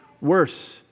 worse